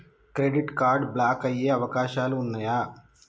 Credit card block అయ్యే అవకాశాలు ఉన్నయా?